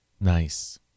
Nice